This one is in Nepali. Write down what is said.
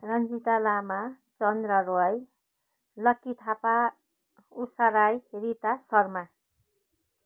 रन्जिता लामा चन्द्र रोय लक्की थापा उषा राई रीता शर्मा